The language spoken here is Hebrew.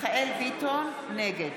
נגד